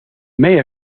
may